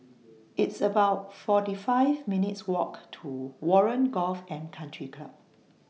It's about forty five minutes' Walk to Warren Golf and Country Club